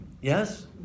Yes